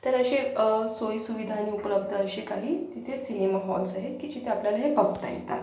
तर असे सोयीसुविधांनी उपलब्ध असे काही तिथे सिनेमा हॉल्स आहेत की जिथे आपल्याला हे बघता येतात